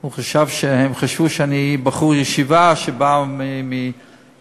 הם חשבו שאני בחור ישיבה שלא מבין.